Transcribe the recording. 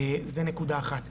זה נקודה אחת.